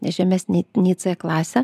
ne žemesnė nei c klasė